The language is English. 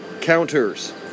counters